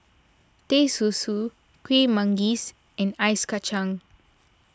Teh Susu Kuih Manggis and Ice Kachang